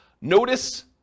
Notice